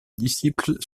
disciples